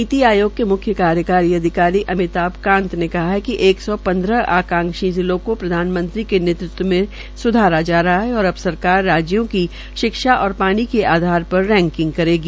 नीति आयोग के मुख्य कार्यकारी अधिकारी अमिताभ कांत ने कहा कि एक सौ पन्द्रह आकांक्षी जिलों को प्रधानमंत्री के नेत्तृत्व में स्धारा जा रहा है और अब सरकार राज्यों की शिक्षा और पानी के आधार पर रैकिंग करेगी